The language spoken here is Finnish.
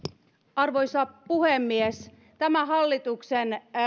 arvoisa puhemies tämän hallituksen